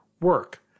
work